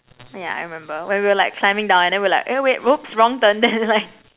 yeah I remember when we were like climbing down and then we're like oh wait whoops wrong turn then we were like